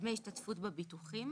ודמי השתתפות בביטוחים